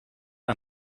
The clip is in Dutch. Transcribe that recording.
aan